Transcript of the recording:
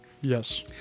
Yes